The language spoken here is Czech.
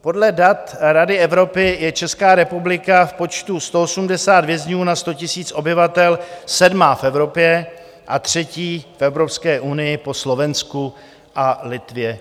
Podle dat Rady Evropy je Česká republika v počtu 180 vězňů na 100 000 obyvatel sedmá v Evropě a třetí v Evropské unii po Slovensku a Litvě.